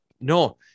No